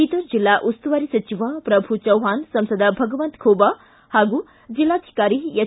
ಬೀದರ್ ಜಿಲ್ಲಾ ಉಸ್ತುವಾರಿ ಸಚಿವ ಶ್ರಭು ಚವ್ನಾಣ್ ಸಂಸದ ಭಗವಂತ ಖೂಬಾ ಹಾಗೂ ಜಿಲ್ಲಾಧಿಕಾರಿ ಎಚ್